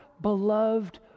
beloved